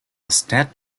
instead